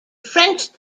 french